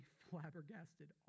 flabbergasted